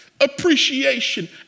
appreciation